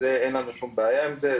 אין לנו שום בעיה עם זה,